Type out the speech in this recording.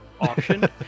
option